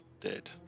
dead